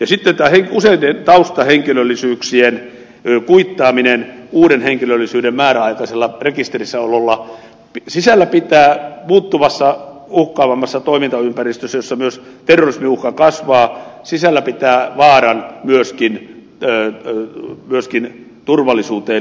sitten tämä useiden taustahenkilöllisyyksien kuittaaminen uuden henkilöllisyyden määräaikaisella rekisterissä ololla pitää sisällään muuttuvassa uhkaavammassa toimintaympäristössä jossa myös terrorismin uhka kasvaa vaaran myöskin turvallisuuteen liittyen